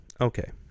Okay